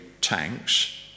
tanks